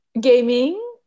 gaming